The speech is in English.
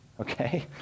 Okay